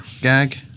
gag